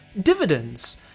dividends